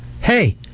Hey